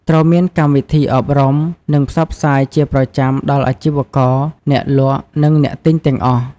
ត្រូវមានកម្មវិធីអប់រំ និងផ្សព្វផ្សាយជាប្រចាំដល់អាជីវករ អ្នកលក់ និងអ្នកទិញទាំងអស់។